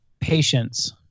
Patience